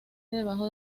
debajo